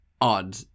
odd